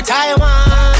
Taiwan